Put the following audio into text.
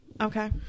Okay